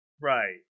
Right